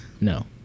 No